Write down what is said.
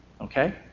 okay